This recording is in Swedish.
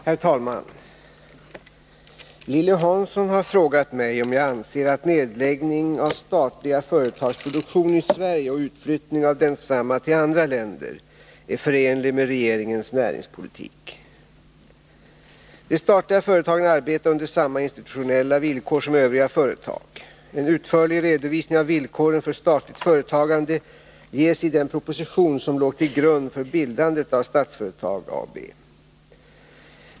Herr talman! Lilly Hansson har frågat mig om jag anser att nedläggning av statliga företags produktion i Sverige och utflyttning av densamma till andra länder är förenlig med regeringens näringspolitik. De statliga företagen arbetar under samma institutionella villkor som övriga företag. En utförlig redovisning av villkoren för statligt företagande ges i den proposition som låg till grund för bildandet av Statsföretag AB .